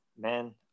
man